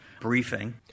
briefing